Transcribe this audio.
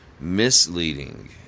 misleading